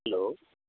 hello